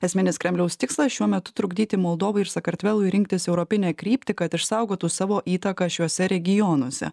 esminis kremliaus tikslas šiuo metu trukdyti moldovai ir sakartvelui rinktis europinę kryptį kad išsaugotų savo įtaką šiuose regionuose